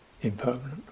impermanent